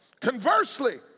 Conversely